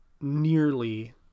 nearly